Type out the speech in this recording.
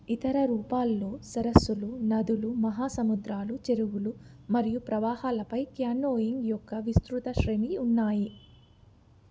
ఇతర రూపాల్లో సరస్సులు నదులు మహాసముద్రాలు చెరువులు మరియు ప్రవాహాలపై క్యానోయింగ్ యొక్క విస్తృత శ్రేణి ఉన్నాయి